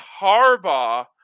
Harbaugh